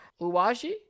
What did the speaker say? Uwashi